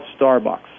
Starbucks